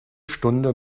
stunde